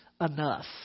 enough